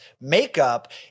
makeup